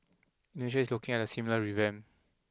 Indonesia is looking at a similar revamp